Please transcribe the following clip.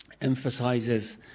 emphasizes